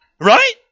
Right